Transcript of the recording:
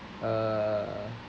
uh